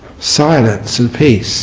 silence and peace